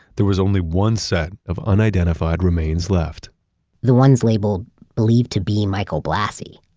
there was only one set of unidentified remains left the ones labeled believed to be michael blassi.